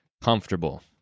comfortable